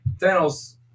Thanos